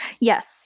Yes